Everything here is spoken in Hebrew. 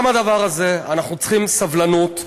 גם הדבר הזה, אנחנו צריכים סבלנות,